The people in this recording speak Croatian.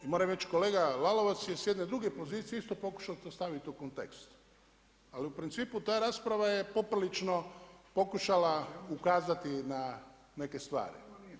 I moram reći da je kolega Lalovac s jedne druge pozicije isto pokušao staviti to u kontekst, ali u principu ta rasprava je poprilično pokušala ukazati na neke stvari.